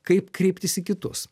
kaip kreiptis į kitus